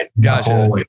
Gotcha